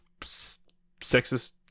sexist